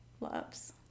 loves